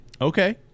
Okay